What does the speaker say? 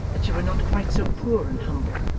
that she were not quite so poor and humble,